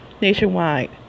nationwide